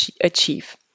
achieve